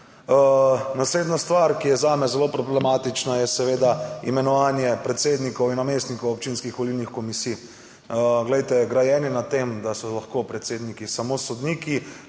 Naslednja stvar, ki je zame zelo problematična, je seveda imenovanje predsednikov in namestnikov občinskih volilnih komisij. Glejte, grajenje na tem, da so lahko predsedniki samo sodniki,